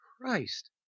Christ